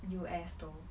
U_S though